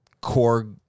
core